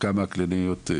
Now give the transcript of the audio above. התחום.